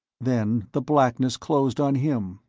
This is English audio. then the blackness closed on him,